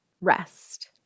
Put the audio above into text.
rest